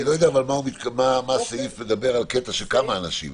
לא יודע מה הסעיף אומר על הנושא של כמה אנשים,